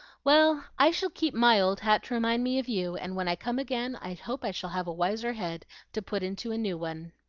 well, i shall keep my old hat to remind me of you and when i come again, i hope i shall have a wiser head to put into a new one.